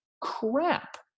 crap